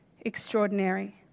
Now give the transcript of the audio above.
extraordinary